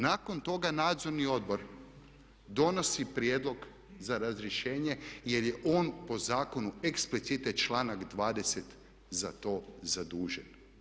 Nakon toga Nadzorni odbor donosi prijedlog za razrješenje jer je on po zakonu eksplicite članak 20. za to zadužen.